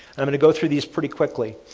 i'm going to go through these pretty quickly.